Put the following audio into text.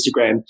Instagram